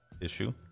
issue